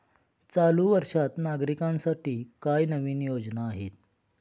चालू वर्षात नागरिकांसाठी काय नवीन योजना आहेत?